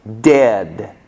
Dead